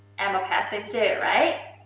i'm a passenger, right?